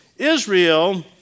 Israel